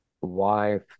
wife